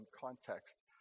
context